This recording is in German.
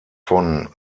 von